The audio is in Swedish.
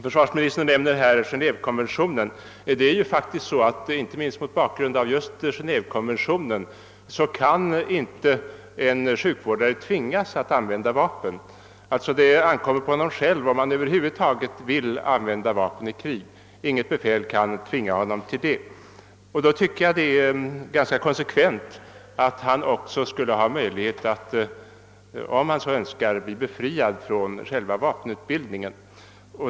Försvarsministern nämner också Genévekonventionen i sitt svar, men enligt den konventionen kan faktiskt inte en sjukvårdare tvingas att använda vapen. Det ankommer på honom själv om han vill bruka vapen i krig. Befälet kan inte tvinga honom till det. Och då tycker jag det är konsekvent att han också, om han så önskar, blir befriad från själva vapenutbildningen.